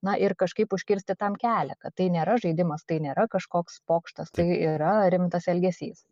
na ir kažkaip užkirsti tam kelią kad tai nėra žaidimas tai nėra kažkoks pokštas tai yra rimtas elgesys